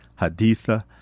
Haditha